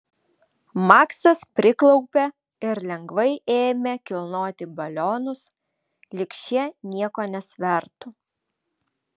maksas priklaupė ir lengvai ėmė kilnoti balionus lyg šie nieko nesvertų